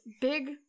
big